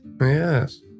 Yes